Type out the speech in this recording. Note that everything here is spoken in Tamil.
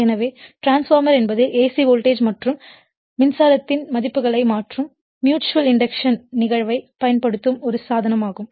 எனவே டிரான்ஸ்பார்மர் என்பது AC வோல்டேஜ் மற்றும் மின்சாரத்தின் மதிப்புகளை மாற்ற ம்யூச்சுவல் இண்டக்டன்ஸ் ன் நிகழ்வைப் பயன்படுத்தும் ஒரு சாதனம் ஆகும்